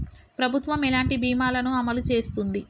ప్రభుత్వం ఎలాంటి బీమా ల ను అమలు చేస్తుంది?